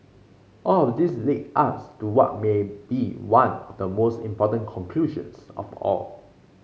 all of this lead us to what may be one of the most important conclusions of all